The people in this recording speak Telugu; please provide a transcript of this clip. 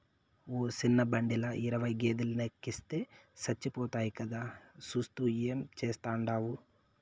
ఒక సిన్న బండిల ఇరవై గేదేలెనెక్కిస్తే సచ్చిపోతాయి కదా, సూత్తూ ఏం చేస్తాండావు